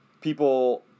people